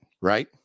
right